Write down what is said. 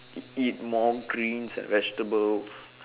eat eat more greens and vegetables